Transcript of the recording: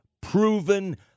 proven